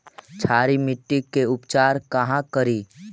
क्षारीय मिट्टी के उपचार कहा करी?